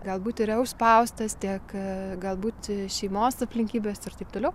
galbūt yra užspaustas tiek galbūt šeimos aplinkybės ir taip toliau